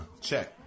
Check